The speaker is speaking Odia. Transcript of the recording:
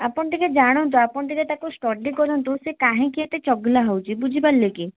ଆପଣ ଟିକିଏ ଜାଣନ୍ତୁ ଆପଣ ଟିକିଏ ତାକୁ ଷ୍ଟଡ଼ି କରନ୍ତୁ ସିଏ କାହିଁକି ଏତେ ଚଗଲା ହେଉଛି ବୁଝିପାରିଲେକି